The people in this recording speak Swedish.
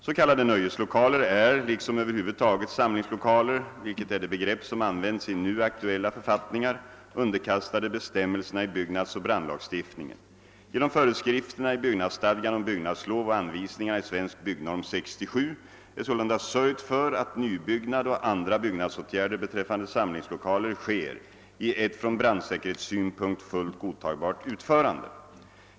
S.k. nöjeslokaler är — liksom över huvud taget samlingslokaler, vilket är det begrepp som används i nu aktuella författningar — underkastade bestämmelserna i byggnadsoch brandlagstiftningen. Genom föreskrifterna i byggnadsstadgan om byggnadslov och anvisningarna i »Svensk byggnorm 67» är sålunda sörjt för att nybyggnad och andra byggnadsåtgärder beträffande samlingslokaler sker i ett från brandsäkerhetssynpunkt fullt godtagbart utförande.